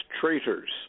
traitors